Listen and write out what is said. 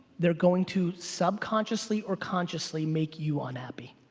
they're going to subconsciously or consciously make you unhappy.